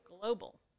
global